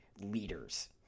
leaders